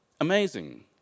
amazing